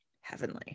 heavenly